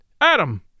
Adam